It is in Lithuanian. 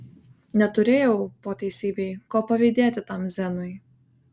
neturėjau po teisybei ko pavydėti tam zenui